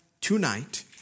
tonight